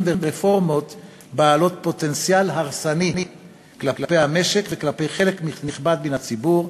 ורפורמות בעלות פוטנציאל הרסני כלפי המשק וכלפי חלק נכבד מן הציבור,